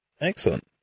excellent